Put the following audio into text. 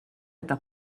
eta